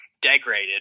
degraded